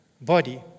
body